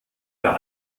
der